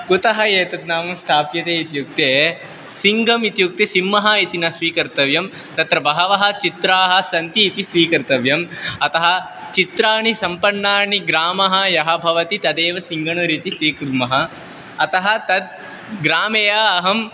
कुतः एतत् नाम स्थाप्यते इत्युक्ते सिङ्गम् इत्युक्ते सिंहः इति न स्वीकर्तव्यं तत्र बहवः चित्राणि सन्ति इति स्वीकर्तव्यम् अतः चित्राणि सम्पन्नानि ग्रामः यः भवति तदेव सिङ्गणूर् इति स्वीकुर्मः अतः तद् ग्रामे य अहम्